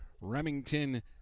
Remington